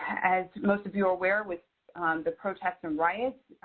as most of you are aware with the protests and riots,